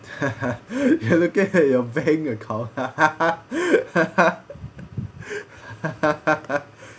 you're looking at your bank account